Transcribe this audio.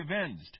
avenged